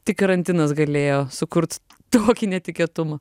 tik karantinas galėjo sukurt tokį netikėtumą